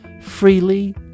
freely